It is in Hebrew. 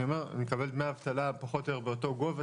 אני מקבל דמי אבטלה פחות או יותר באותו גובה